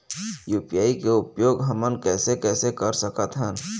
UPI के उपयोग हमन कैसे कैसे कर सकत हन?